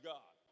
God